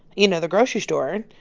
you know, the grocery store,